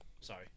Sorry